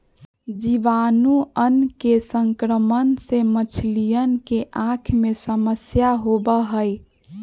जीवाणुअन के संक्रमण से मछलियन के आँख में समस्या होबा हई